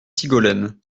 sigolène